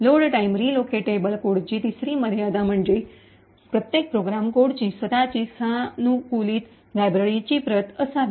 load time relocatable कोडची तिसरी मर्यादा म्हणजे प्रत्येक प्रोग्राम कोडची स्वतःची सानुकूलित लायब्ररीची प्रत असावी